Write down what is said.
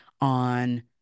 on